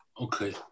Okay